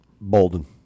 Bolden